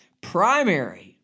primary